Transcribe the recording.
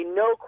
no